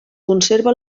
conserva